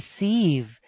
receive